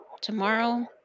tomorrow